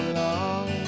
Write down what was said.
long